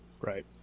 right